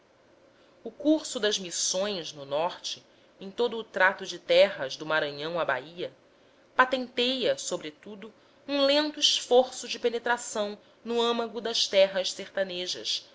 o curso das missões no norte em todo o trato de terras do maranhão à bahia patenteia sobretudo um lento esforço de penetração no âmago das terras sertanejas